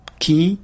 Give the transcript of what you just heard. key